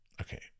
okay